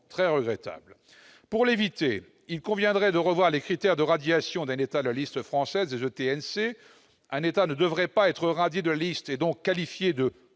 est regrettable. Pour l'éviter, il conviendrait de revoir les critères de radiation de la liste française des ETNC : un État ne devrait pas être radié de la liste, et donc qualifié de